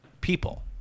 people